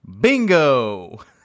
Bingo